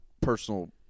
personal